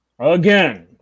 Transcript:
Again